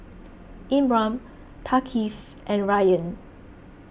Imran Thaqif and Rayyan